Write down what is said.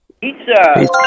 Pizza